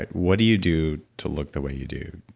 ah what do you do to look the way you do?